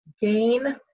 GAIN